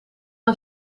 een